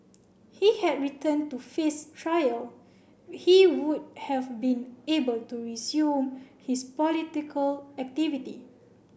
he had return to face trial he would have been able to resume his political activity